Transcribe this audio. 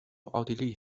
奥地利